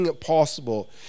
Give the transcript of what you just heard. possible